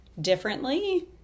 differently